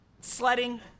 sledding